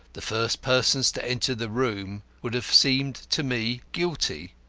the first persons to enter the room would have seemed to me guilty.